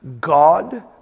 God